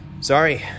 Sorry